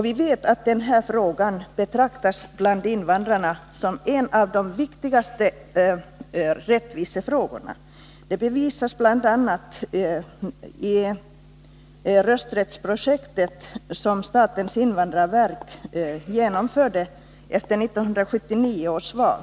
Vi vet att denna fråga bland invandrarna betraktas som en av de viktigaste rättvisefrågorna. Det visar bl.a. det rösträttsprojekt som statens invandrarverk genomförde efter 1979 års val.